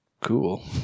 cool